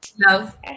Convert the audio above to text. love